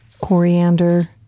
coriander